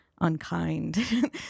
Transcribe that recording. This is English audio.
unkind